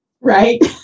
Right